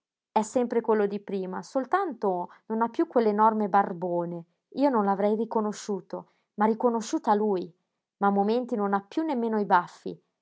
è sempre quello di prima soltanto non ha piú quell'enorme barbone io non l'avrei riconosciuto m'ha riconosciuta lui ma a momenti non ha piú nemmeno i baffi